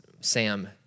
Sam